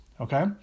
Okay